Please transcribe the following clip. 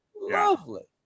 lovely